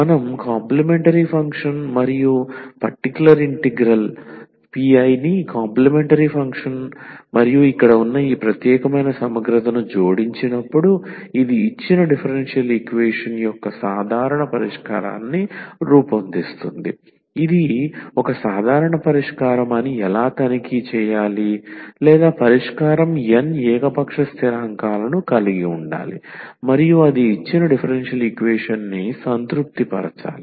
మనం CF మరియు PI ని కాంప్లిమెంటరీ ఫంక్షన్ మరియు ఇక్కడ ఉన్న ఈ ప్రత్యేకమైన సమగ్రతను జోడించినప్పుడు ఇది ఇచ్చిన డిఫరెన్షియల్ ఈక్వేషన్ యొక్క సాధారణ పరిష్కారాన్ని రూపొందిస్తుంది ఇది ఒక సాధారణ పరిష్కారం అని ఎలా తనిఖీ చేయాలి లేదా పరిష్కారం n ఏకపక్ష స్థిరాంకాలను కలిగి ఉండాలి మరియు అది ఇచ్చిన డిఫరెన్షియల్ ఈక్వేషన్ని సంతృప్తి పరచాలి